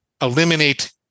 eliminate